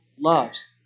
loves